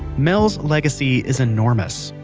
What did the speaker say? mel's legacy is enormous.